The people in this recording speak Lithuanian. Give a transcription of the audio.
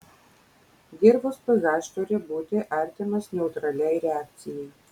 dirvos ph turi būti artimas neutraliai reakcijai